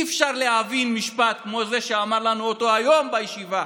אי-אפשר להבין משפט כמו זה שאמר לנו היום בישיבה